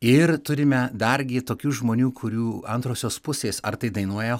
ir turime dargi tokių žmonių kurių antrosios pusės ar tai dainuoja